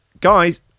guys